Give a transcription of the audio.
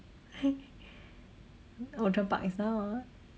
outram park is not